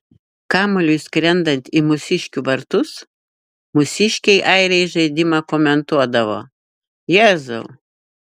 kamuoliui skrendant į mūsiškių vartus mūsiškiai airiai žaidimą komentuodavo jėzau